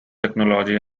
technology